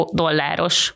dolláros